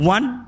One